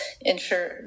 ensure